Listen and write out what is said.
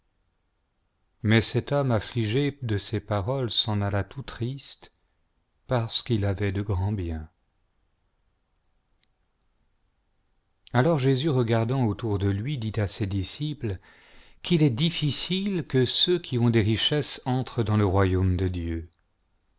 mais cet homme affligé de ces paroles s'en alla tout triste parce qu'il avait de grands biens alors jésus regardant autour de lui dit à ses disciples qu'il est difficile que ceux qui ont des richesses entrent dans le royaume de dieu